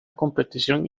competición